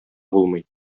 булмый